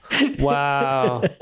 Wow